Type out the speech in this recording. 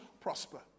prosper